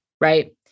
right